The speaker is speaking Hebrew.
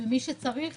ומי שצריך